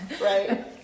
right